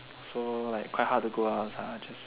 for like quite hard to go out lah just